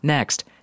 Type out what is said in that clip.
Next